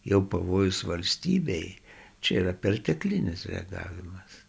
jau pavojus valstybei čia yra perteklinis reagavimas